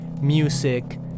music